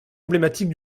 emblématique